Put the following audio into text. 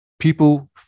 people